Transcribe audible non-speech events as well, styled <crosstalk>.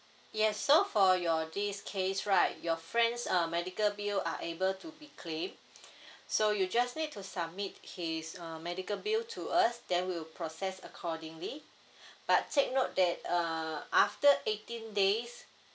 yes so for your this case right your friends uh medical bill are able to be claim <breath> so you just need to submit his uh medical bill to us then we will process accordingly <breath> but take note that uh after eighteen days